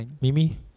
Mimi